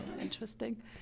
Interesting